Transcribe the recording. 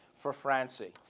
for francie,